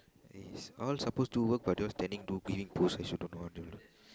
and he's all supposed to work but those standing two I also don't know